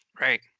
Right